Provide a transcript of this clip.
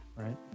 right